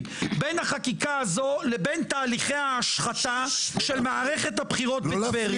בין החקיקה הזאת לבין תהליכי ההשחתה של מערכת הבחירות בטבריה.